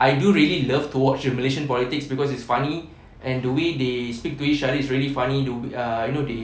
I do really love to watch the malaysian politics cause it's funny and the way they speak to each other is really funny the way uh you know they